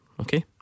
Okay